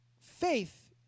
faith